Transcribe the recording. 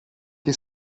che